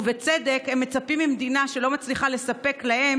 ובצדק הם מצפים ממדינה שלא מצליחה לספק להם